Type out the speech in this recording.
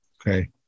Okay